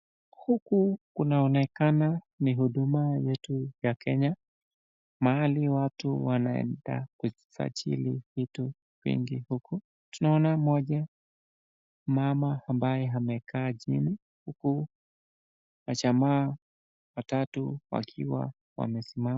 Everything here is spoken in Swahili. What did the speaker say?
Huku kunaonekana ni huduma yetu ya kenya, ambayo watu wanaenda kujisajili vitu vingi huku, tunaona mmoja mama ambaye amekaa chini huku wqjamaa wqtatu wakiwa wamesimama.